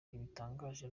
ntibitangaje